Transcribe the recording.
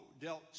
dealt